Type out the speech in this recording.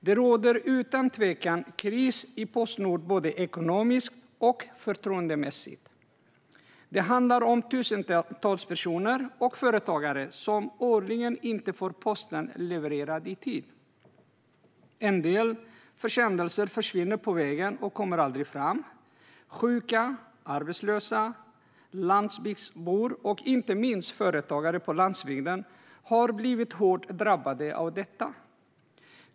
Det råder utan tvekan kris i Postnord, både ekonomiskt och förtroendemässigt. Det handlar årligen om tusentals personer och företagare som inte får posten levererad i tid. En del försändelser försvinner på vägen och kommer aldrig fram. Sjuka, arbetslösa, landsbygdsbor och inte minst företagare på landsbygden har blivit hårt drabbade av detta.